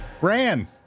Ran